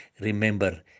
Remember